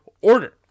order